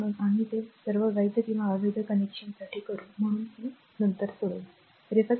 म्हणून आम्ही हे सर्व वैध किंवा अवैध कनेक्शनसाठी करू म्हणून हे सोडवू